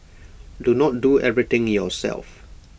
do not do everything yourself